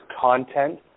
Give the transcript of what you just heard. content